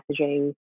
messaging